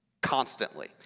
constantly